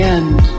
end